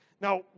Now